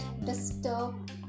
disturb